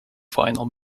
final